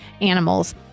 animals